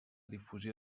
difusió